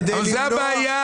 אבל זו הבעיה.